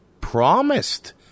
promised